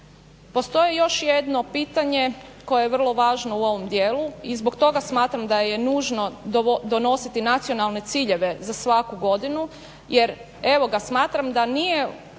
Postoji još jedno pitanje koje je vrlo važno u ovom dijelu i zbog toga smatram da je nužno donositi nacionalne ciljeve za svaku godinu jer evo ga smatram da nije